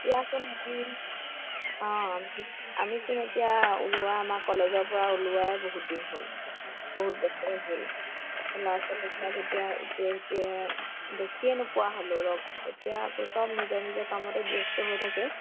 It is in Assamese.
এতিয়া অঁ আমি আমিচোন এতিয়া ওলোৱা আমাৰ কলেজৰ পৰা ওলোৱাই বহুত দিন হ'ল বহুত বছৰ হ'ল ল'ৰা ছোৱালীবিলাক এতিয়া ইটোৱে সিটোৱে দেখিয়ে নোপোৱা হ'লোঁ এতিয়া আকৌ চব নিজৰ নিজৰ কামতে ব্যস্ত হৈ থাকে